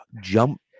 jump